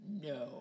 No